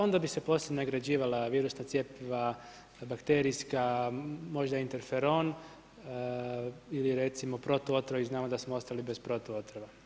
Onda bi se poslije nagrađivala virusna cjepiva, bakterijska, možda interferon ili recimo protuotrovi, znamo da smo ostali bez protuotrova.